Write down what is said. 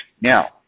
now